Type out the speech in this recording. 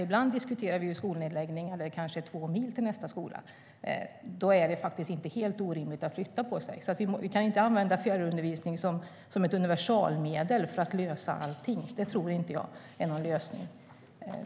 Ibland diskuterar vi dock skolnedläggningar där det är kanske två mil till nästa skola, och då är det faktiskt inte helt orimligt att flytta på sig. Vi kan alltså inte använda fjärrundervisning som ett universalmedel för att lösa allting. Det tror inte jag är någon lösning.